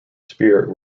spirit